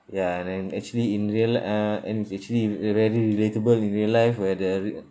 ya and then actually in real uh and it's actually really relatable in real life where the re~